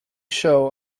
show